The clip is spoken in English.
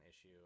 issue